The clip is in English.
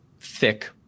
thick